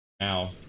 now